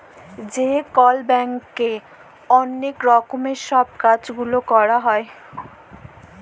যে কল ব্যাংকে ম্যালা রকমের সব কাজ গুলা ক্যরা হ্যয়